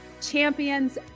champions